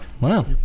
Wow